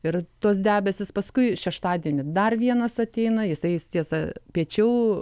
ir tuos debesis paskui šeštadienį dar vienas ateina jisai tiesa piečiau